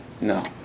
no